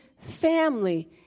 family